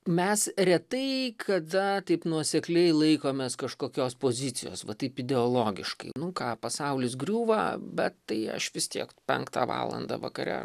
mes retai kada taip nuosekliai laikomės kažkokios pozicijos va taip ideologiškai nu ką pasaulis griūva bet tai aš vis tiek penktą valandą vakare